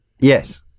yes